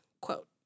quote